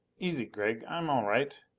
easy, gregg. i'm all right.